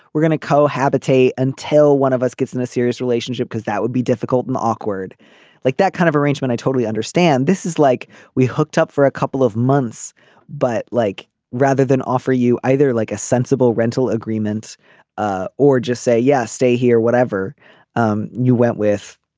we're gonna cohabitate until one of us gets in a serious relationship because that would be difficult and awkward like that kind of arrangement i totally understand. this is like we hooked up for a couple of months but like rather than offer you either like a sensible rental agreement ah or just say yeah stay here whatever um you went with